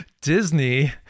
Disney